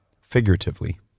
figuratively